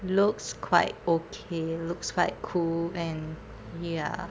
looks quite okay looks quite cool and ya